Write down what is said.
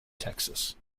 texas